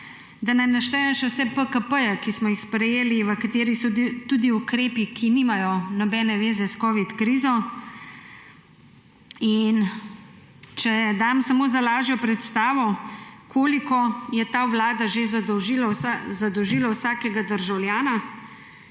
da ne naštejem še vseh PKP, ki smo jih sprejeli, v katerih so tudi ukrepi, ki nimajo nobene zveze s covid krizo. Če dam samo za lažjo predstavo, koliko je ta vlada že zadolžila vsakega državljana.